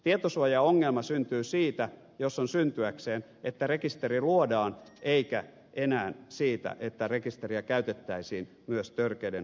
tietosuojaongelma syntyy siitä jos on syntyäkseen että rekisteri luodaan eikä enää siitä että rekisteriä käytettäisiin myös törkeiden rikosten selvittämiseen